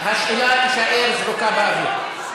השאלה תישאר זרוקה באוויר.